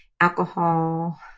alcohol